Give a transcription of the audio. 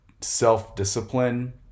self-discipline